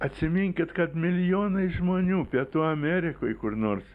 atsiminkit kad milijonai žmonių pietų amerikoj kur nors